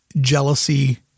jealousy